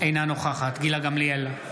אינה נוכחת גילה גמליאל,